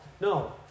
No